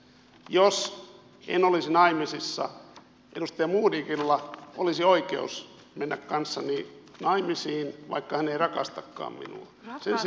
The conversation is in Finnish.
jos en olisi naimisissa edustaja modigilla olisi oikeus mennä kanssani naimisiin vaikka hän ei rakastakaan minua